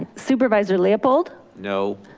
supervisor leopold. no.